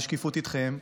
בשקיפות אתכם,